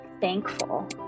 thankful